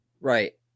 Right